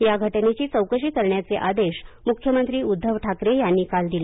या घटनेची चौकशी करण्याचे आदेश मृख्यमंत्री उद्घव ठाकरे यांनी काल दिले